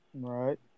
Right